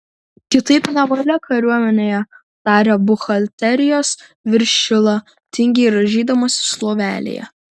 kitaip nevalia kariuomenėje tarė buhalterijos viršila tingiai rąžydamasis lovelėje